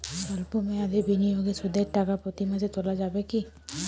সল্প মেয়াদি বিনিয়োগে সুদের টাকা প্রতি মাসে তোলা যাবে কি?